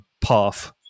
path